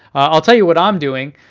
i'll tell you what i'm doing.